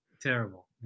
terrible